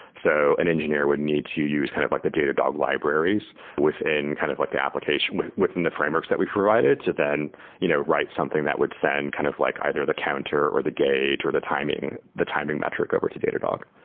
so an engineer would need to use kind of like the datadog libraries within kind of like the application within the frameworks that we provided to then you know write something that would send kind of like either the counter or the gauge or the timing the timing metric over to datadog.